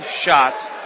shots